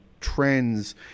trends